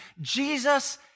Jesus